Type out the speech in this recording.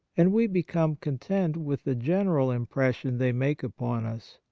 and we become content with the general impression they make upon us.